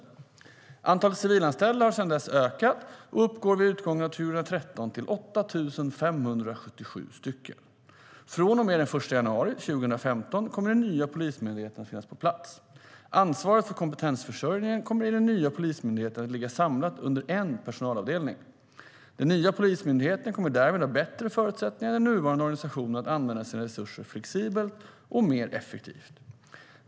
Från och med den 1 januari 2015 kommer den nya Polismyndigheten att finnas på plats. Ansvaret för kompetensförsörjningen kommer i den nya Polismyndigheten att ligga samlat under en personalavdelning. Den nya Polismyndigheten kommer därmed att ha bättre förutsättningar än den nuvarande organisationen att använda sina resurser flexibelt och mer effektivt.